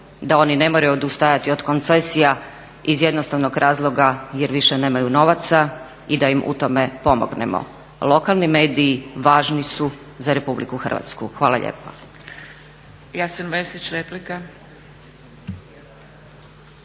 da oni ne moraju odustajati od koncesija iz jednostavnog razloga jer više nemaju novaca i da im u tome pomognemo. Lokalni mediji važni su za RH. Hvala lijepa.